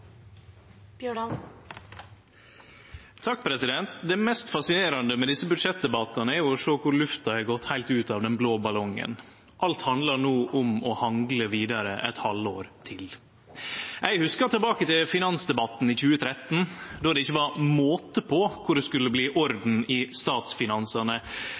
å sjå korleis lufta har gått heilt ut av den blå ballongen. Alt handlar no om å hangle vidare eit halvår til. Eg hugsar tilbake til finansdebatten i 2013, då det ikkje var måte på kva orden det skulle bli